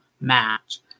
match